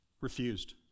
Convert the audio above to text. Refused